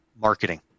marketing